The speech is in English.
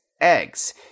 eggs